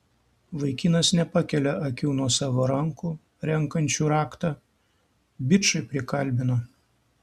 vaikinas nepakelia akių nuo savo rankų renkančių raktą bičai prikalbino